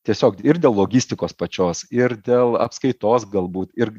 tiesiog ir dėl logistikos pačios ir dėl apskaitos galbūt ir